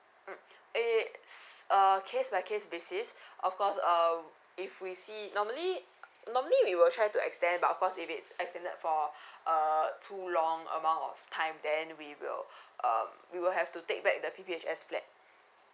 mm it's err case by case basis of course um if we see normally normally we will try to extend but of course if it's extended for err too long amount of time then we will um we will have to take back the P_P_H_S flat